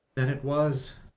than it was,